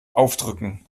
aufdrücken